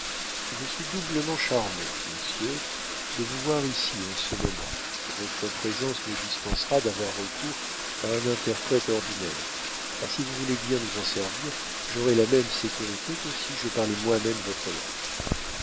je suis doublement charmé monsieur de vous voir ici en ce moment votre présence nous dispensera d'avoir recours à un interprète ordinaire car si vous voulez bien nous en servir j'aurai la même sécurité que si je parlais moi-même votre langue